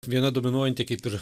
viena dominuojanti kaip ir